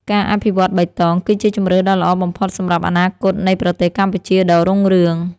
ការអភិវឌ្ឍបៃតង គឺជាជម្រើសដ៏ល្អបំផុតសម្រាប់អនាគតនៃប្រទេសកម្ពុជាដ៏រុងរឿង។